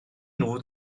nhw